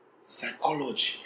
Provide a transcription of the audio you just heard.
psychology